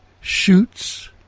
Shoots